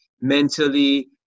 mentally